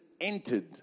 entered